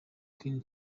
queen